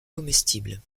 comestibles